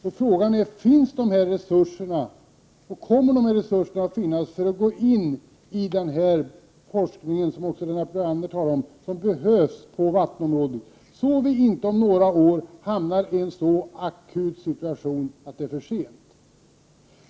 Jag undrar: Finns dessa resurser, och kommer det att finnas resurser för att man skall kunna gå in i den forskning som behövs på vattenområdet, för att vi inte om några år skall hamna i en så akut situation att det är för sent?